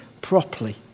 properly